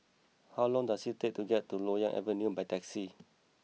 how long does it take to get to Loyang Avenue by taxi